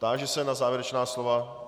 Táži se na závěrečná slova.